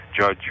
Judge